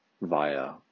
via